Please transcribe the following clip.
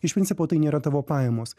iš principo tai nėra tavo pajamos